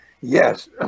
Yes